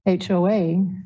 HOA